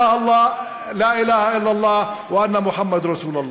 אלוהים מבלעדי אללה ומוחמד הוא שליחו.)